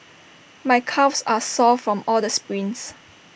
my calves are sore from all the sprints